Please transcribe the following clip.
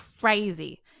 crazy